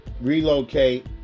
relocate